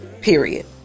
Period